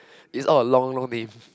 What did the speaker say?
is all a long long name